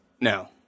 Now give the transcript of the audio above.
no